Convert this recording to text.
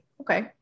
Okay